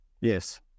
Yes